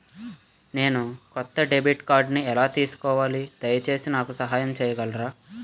నేను కొత్త డెబిట్ కార్డ్ని ఎలా తీసుకోవాలి, దయచేసి నాకు సహాయం చేయగలరా?